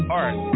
art